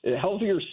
healthier